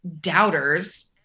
doubters